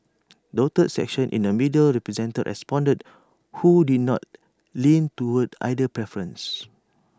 dotted sections in the middle represent responded who did not lean towards either preference